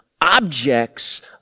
objects